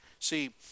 See